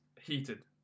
heated